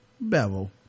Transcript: bevel